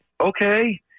Okay